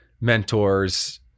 mentors